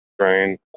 train